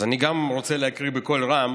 אז אני רוצה להקריא בקול רם